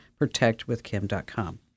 protectwithkim.com